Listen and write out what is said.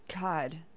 God